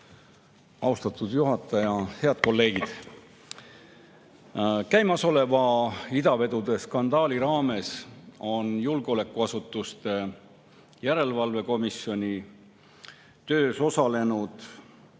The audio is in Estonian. Austatud juhataja! Head kolleegid! Käimasoleva idavedude skandaali raames on julgeolekuasutuste järelevalve erikomisjoni töös osalenud